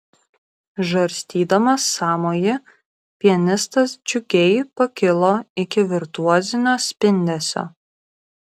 žarstydamas sąmojį pianistas džiugiai pakilo iki virtuozinio spindesio